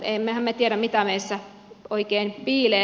emmehän me tiedä mitä meissä oikein piilee